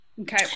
Okay